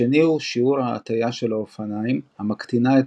השני הוא שיעור ההטיה של האופניים המקטינה את